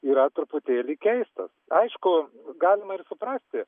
yra truputėlį keistas aišku galima ir suprasti